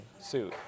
suit